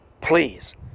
Please